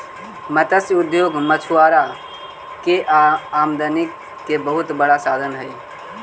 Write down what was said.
मत्स्य उद्योग मछुआरा के आमदनी के बहुत बड़ा साधन हइ